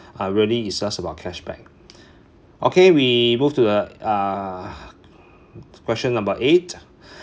uh really it's just about cash back okay we move to the uh question number eight